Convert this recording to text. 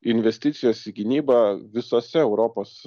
investicijos į gynybą visose europos